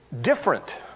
different